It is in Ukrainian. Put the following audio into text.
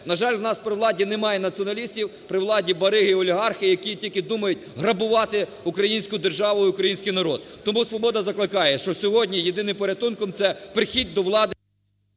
На жаль, у нас при владі немає націоналістів, при владі бариги і олігархи, які тільки думають грабувати українську державу і український народ. Тому "Свобода" закликає, що сьогодні єдиним порятунком - це прихід до влади…